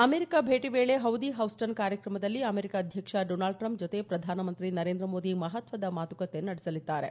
America ಭೇಟಿ ವೇಳೆ howdy ಹೌಸ್ಲನ್ ಕಾರ್ಯಕ್ರಮದಲ್ಲಿ ಅಮೆರಿಕ ಅಧ್ಯಕ್ಷ ಡೊನಾಲ್ಡ್ ಟ್ರಂಪ್ ಜತೆ ಪ್ರಧಾನಮಂತ್ರಿ ನರೇಂದ್ರ ಮೋದಿ ಮತಪ್ವದ ಮಾತುಕತೆ ನಡೆಸಲಿದ್ದಾರೆ